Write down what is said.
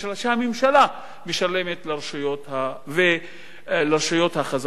שהממשלה משלמת לרשויות החזקות.